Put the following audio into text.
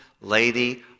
lady